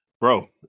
bro